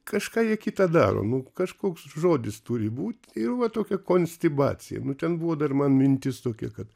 kažką jie kitą daro nu kažkoks žodis turi būt ir va tokia konstibacija nu ten buvo dar man mintis tokia kad